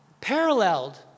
paralleled